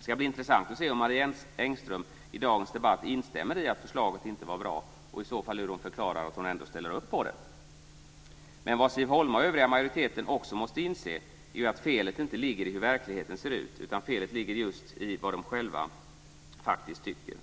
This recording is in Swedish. ska bli intressant att se om Marie Engström i dagens debatt instämmer i att förslaget inte är bra, och hur hon i så fall förklarar att hon ändå ställer upp på det. Men vad Siv Holma och övriga i majoriteten också måste inse är att felet inte ligger i hur verkligheten ser ut, utan att felet ligger just i vad de själva faktiskt tycker.